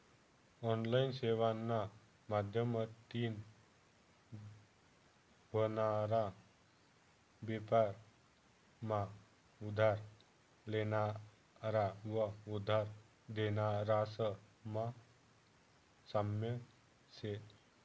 online सेवाना माध्यमतीन व्हनारा बेपार मा उधार लेनारा व उधार देनारास मा साम्य शे